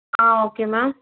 ah okay ma'am